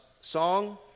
song